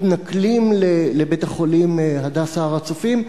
מתנכלים לבית-החולים "הדסה הר-הצופים".